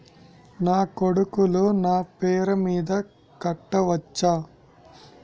నా కొడుకులు నా పేరి మీద కట్ట వచ్చా?